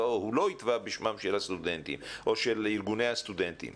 הוא לא יתבע בשמם של הסטודנטים או של ארגוני הסטודנטים.